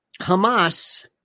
Hamas